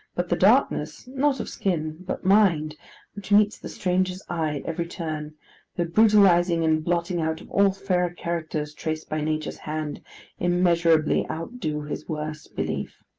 but the darkness not of skin, but mind which meets the stranger's eye at every turn the brutalizing and blotting out of all fairer characters traced by nature's hand immeasurably outdo his worst belief.